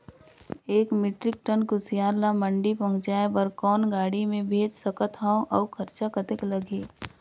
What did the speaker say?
एक metric tonne कुसियार ल मंडी पहुंचाय बर कौन गाड़ी मे भेज सकत हव अउ खरचा कतेक लगही?